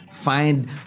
find